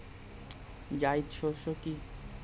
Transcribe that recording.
জায়িদ শস্য কি?